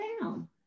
down